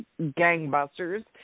gangbusters